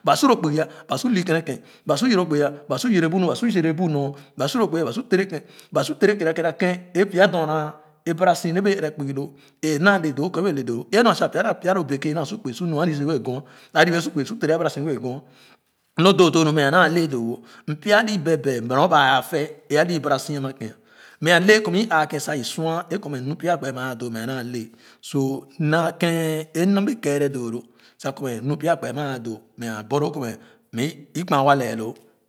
Ba su to kpugi ba su li kenekéb ba su loo kpugi ba su iyere bu nyor ba su loo kpugi tera kerekah ẽ pya doo na bara si e bee ɛrɛ kpugi loo ẽ a naa doo wo kɔ ebee le doowo ẽ a nuaisa pya loo beke ba naa su kpugo su mia ali su wɛẽ gor alo bee su kpugi tere a bara so wɛɛ gor lo doo doo nu mɛ a naa lɛɛ dowo m pya aloo bee bee nor ba fɛ e alo bara so ama kèn mɛ ale kɔ mɛ i aakèn sa ì sua e kɔ mɛ nu pya a kpee a ma a doo mɛ a naa le so m naa kèn e m na m bee keer doo lo sa kɔ nu pya kpee a ma a doo mɛ borloo kɔ mɛ o kpan nua le loo